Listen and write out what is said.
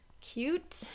cute